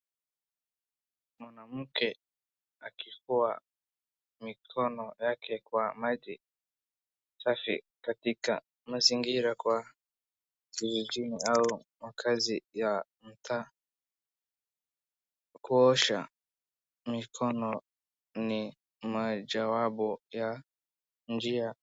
Mwanamke akifua mikono yake kwa maji safi katika mazingira kwa kijijini au maakazi ya mtaa. Kuosha mikono ni majawabu ya njia[.]